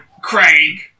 Craig